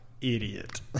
idiot